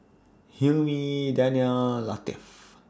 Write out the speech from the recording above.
Hilmi Danial Latif